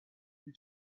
who